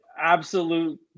Absolute